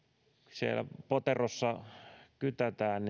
siellä poterossa kytätään